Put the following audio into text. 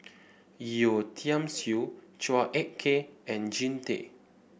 Yeo Tiam Siew Chua Ek Kay and Jean Tay